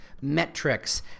metrics